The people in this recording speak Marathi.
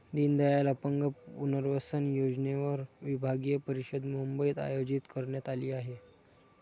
दीनदयाल अपंग पुनर्वसन योजनेवर विभागीय परिषद मुंबईत आयोजित करण्यात आली आहे